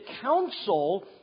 counsel